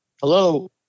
Hello